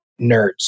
nerds